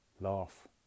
Laugh